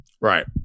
Right